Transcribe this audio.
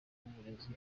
w’uburezi